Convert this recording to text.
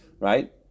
right